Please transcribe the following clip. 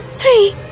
three